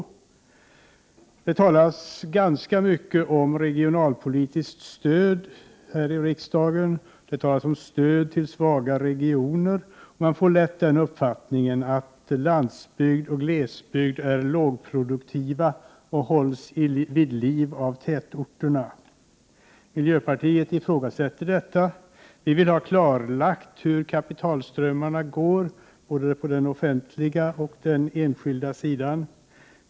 Det talas mycket om regionalpolitiskt stöd här i riksdagen. Det talas om stöd till svaga regioner. Man får lätt den uppfattningen att landsbygd och glesbygd är lågproduktiva och hålls vid liv av tätorterna. Miljöpartiet ifrågasätter detta. Vi vill ha klarlagt hur kapitalströmmarna går, på både den offentliga och den enskilda sidan.